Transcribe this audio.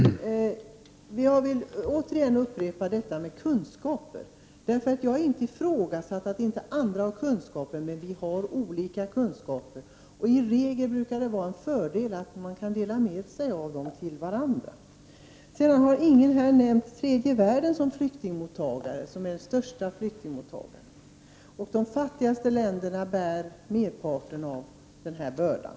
Herr talman! Jag vill återigen upprepa detta med kunskaper. Jag har inte ifrågasatt att inte andra också har kunskaper, men vi har olika kunskaper. I regel är det en fördel om man kan dela med sig av kunskaper till varandra. Ingen har här nämnt tredje världen som flyktingmottagare, trots att tredje världen är den största flyktingmottagaren. De fattigaste länderna bär merparten av denna börda.